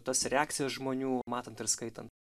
tas reakcijas žmonių matant ir skaitan